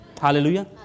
Hallelujah